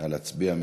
נא להצביע.